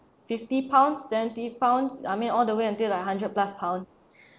fifty pounds seventy pounds I mean all the way until like hundred plus pound